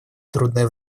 трудное